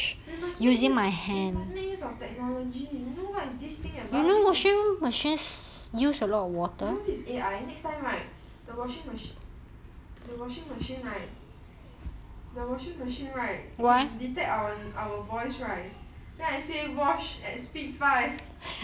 we must make use of technology you know what is this thing you know this is a I next time right the washing machines the washing machine right the washing machine right can detect our voice irght then I say wash at speed five speed ten then it immediately wash okay eh ma I think we should just go a bit more incase we just go one more minute to be safe